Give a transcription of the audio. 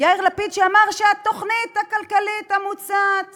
יאיר לפיד שאמר שהתוכנית הכלכלית המוצעת